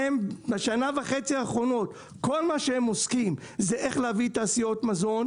בשנה וחצי האחרונות כל מה שהם עוסקים זה איך להביא תעשיות מזון